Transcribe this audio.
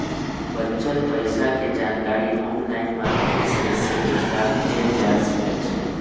बच्चल पइसा के जानकारी ऑनलाइन माध्यमों से सेहो प्राप्त कएल जा सकैछइ